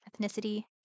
ethnicity